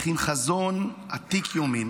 אך עם חזון עתיק יומין